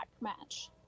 match